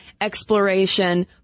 exploration